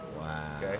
wow